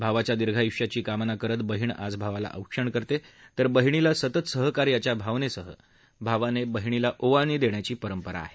भावाच्या दीर्घायूष्याची कामना करत बहीण आज भावाला औक्षण करते तर बहिणीला सतत सहकार्याच्या भावनेसह भावाने बहिणीला ओवाळणी देण्याची परंपरा आहे